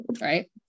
right